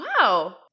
Wow